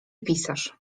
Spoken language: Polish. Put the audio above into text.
pisarz